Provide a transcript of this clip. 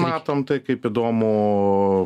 matom tai kaip įdomų